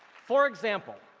for example,